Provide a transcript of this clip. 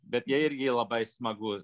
bet jai irgi labai smagu